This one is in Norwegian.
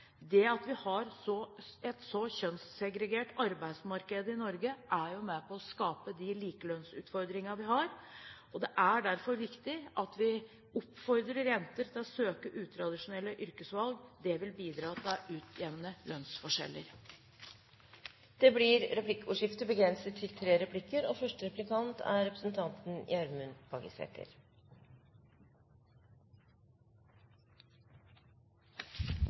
at vi har et så kjønnssegregert arbeidsmarked i Norge, er jo med på å skape de likelønnsutfordringene vi har, og det er derfor viktig at vi oppfordrer jenter til å gjøre utradisjonelle yrkesvalg. Det vil bidra til å utjevne lønnsforskjeller. Det blir replikkordskifte. Statsråden uttaler at likelønn er